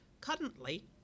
Currently